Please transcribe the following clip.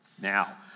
Now